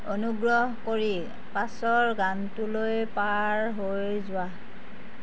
অনুগ্ৰহ কৰি পাছৰ গানটোলৈ পাৰ হৈ যোৱা